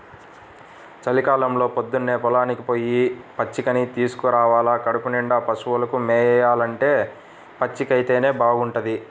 చలికాలంలో పొద్దన్నే పొలానికి పొయ్యి పచ్చికని తీసుకురావాల కడుపునిండా పశువులు మేయాలంటే పచ్చికైతేనే బాగుంటది